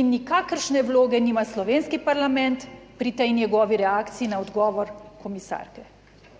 in nikakršne vloge nima slovenski parlament pri tej njegovi reakciji na odgovor komisarke.